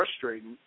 frustrating